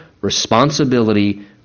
responsibility